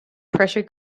pressure